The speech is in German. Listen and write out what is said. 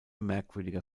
merkwürdiger